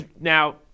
Now